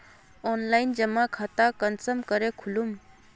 Online जमा खाता कुंसम करे खोलूम?